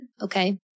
Okay